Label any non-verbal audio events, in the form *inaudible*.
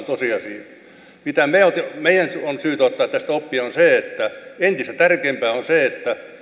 *unintelligible* tosiasia meidän on syytä ottaa tästä oppia ja se on se että entistä tärkeämpää on se että